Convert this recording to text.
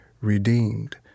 redeemed